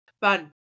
Fun